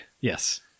Yes